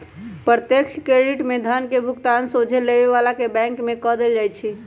प्रत्यक्ष क्रेडिट में धन के भुगतान सोझे लेबे बला के बैंक में कऽ देल जाइ छइ